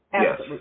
Yes